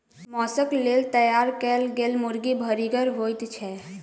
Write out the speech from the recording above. मौसक लेल तैयार कयल गेल मुर्गी भरिगर होइत छै